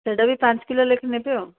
ସେଟା ବି ପାଞ୍ଚ କିଲୋ ଲେଖା ନେବି ଆଉ